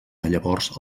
llavors